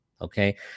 okay